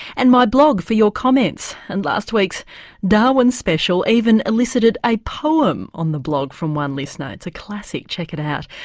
and my blog for your comments and last week's darwin special even elicited a poem on the blog from one listener, it's a classic check it out.